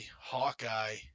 Hawkeye